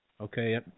Okay